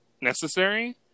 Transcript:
Necessary